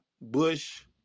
Bush